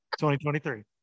2023